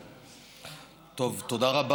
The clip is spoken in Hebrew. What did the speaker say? תודה.